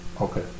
Okay